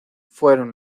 fueron